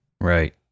right